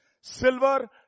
Silver